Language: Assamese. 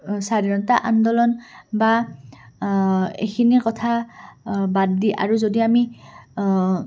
স্বাধীনতা আন্দোলন বা এইখিনি কথা বাদ দি আৰু যদি আমি